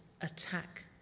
attack